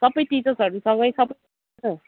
सबै टिचर्सहरूसँगै सबै